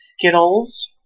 Skittles